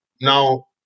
now